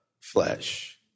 flesh